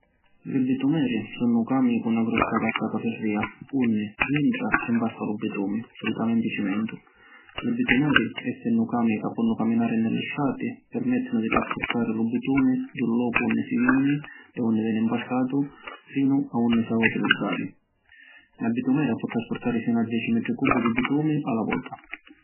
Li bitumeri sunnu camî cu na grossa vasca ca firria, unni dintra si mpasta lu bitumi (solitamenti cimentu). Li bitumeri, essennu camî ca ponnu caminari ni li strati, permettinu di traspurtari lu bitumi di lu locu di unni si vinni (e unni veni mpastatu) finu a unni si havi a utilizzari. Na bitumera pò traspurtari finu a deci metri cubi di bitumi a la vota.